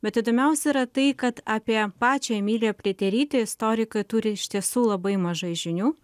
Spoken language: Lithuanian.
bet įdomiausia yra tai kad apie pačią emiliją pliaterytę istorikai turi iš tiesų labai mažai žinių